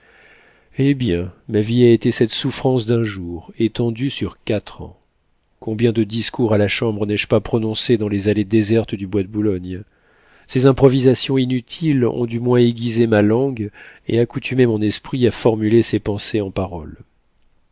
eh bien ma vie a été cette souffrance d'un jour étendue sur quatre ans combien de discours à la chambre n'ai-je pas prononcés dans les allées désertes du bois de boulogne ces improvisations inutiles ont du moins aiguisé ma langue et accoutumé mon esprit à formuler ses pensées en paroles